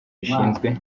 rishinzwe